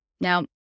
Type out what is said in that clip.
now